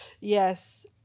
yes